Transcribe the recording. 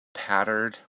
pattered